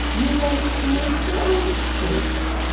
use them to make your own stain kit.